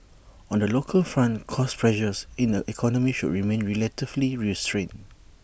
on the local front cost pressures in the economy should remain relatively restrained